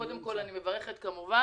רבותיי, תעזבו את העניין